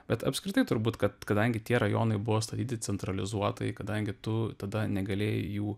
bet apskritai turbūt kad kadangi tie rajonai buvo statyti centralizuotai kadangi tu tada negalėjai jų